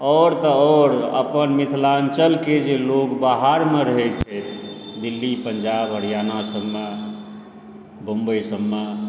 आओर तऽ आओर अपन मिथिलाञ्चलके जे लोग बाहरमे रहैत छथि दिल्ली पञ्जाब हरियाणा सबमे बम्बइ सबमे